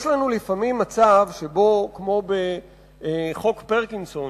יש לנו לפעמים מצב שבו כמו בחוק פרקינסון,